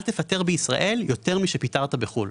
אל תפטר בישראל יותר משפיטרת בחוץ לארץ.